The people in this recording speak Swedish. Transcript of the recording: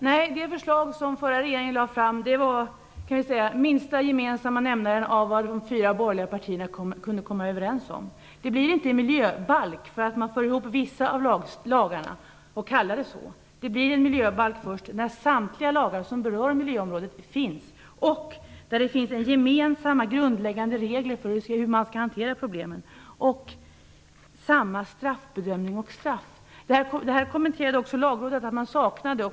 Nej, det förslag som förra regeringen lade fram var, skulle jag vilja säga, den minsta gemensamma nämnaren av vad de fyra borgerliga partierna kunde komma överens om. Det blir inte en miljöbalk bara därför att man för ihop vissa av lagarna och kallar det för en miljöbalk. Det blir en miljöbalk först när samtliga lagar finns som berör miljöområdet och när det finns gemensamma grundläggande regler för hur problemen skall hanteras. Dessutom handlar det om samma straffbedömning och straff. Också Lagrådet kommenterade att detta saknades.